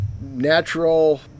natural